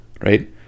right